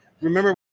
remember